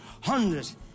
Hundreds